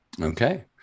Okay